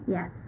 Yes